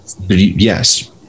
Yes